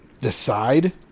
decide